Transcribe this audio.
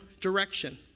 direction